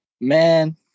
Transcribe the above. Man